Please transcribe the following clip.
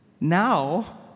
Now